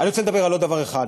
אני רוצה לדבר על עוד דבר אחד,